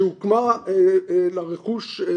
שהוקמה לרכוש מהסוג הזה.